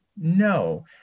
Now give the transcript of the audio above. No